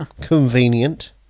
convenient